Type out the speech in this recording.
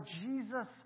Jesus